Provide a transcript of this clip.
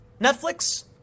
Netflix